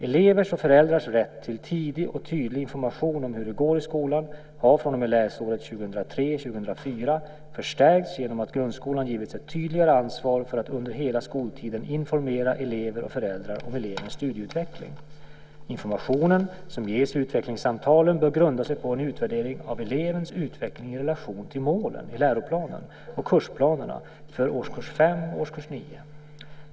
Elevers och föräldrars rätt till tidig och tydlig information om hur det går i skolan har från och med läsåret 2003/04 förstärkts genom att grundskolan givits ett tydligare ansvar för att under hela skoltiden informera eleven och föräldrarna om elevens studieutveckling. Informationen som ges vid utvecklingssamtalen bör grunda sig på en utvärdering av elevens utveckling i relation till målen i läroplanen och kursplanerna för årskurs 5 och årskurs 9.